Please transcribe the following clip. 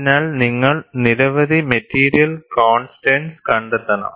അതിനാൽ നിങ്ങൾ നിരവധി മെറ്റീരിയൽ കോൺസ്റ്റന്റ്സ് കണ്ടെത്തണം